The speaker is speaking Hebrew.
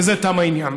בזה תם העניין.